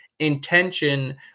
intention